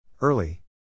Early